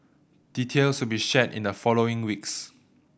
details will be shared in the following weeks